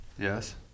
Yes